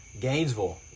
Gainesville